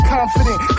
Confident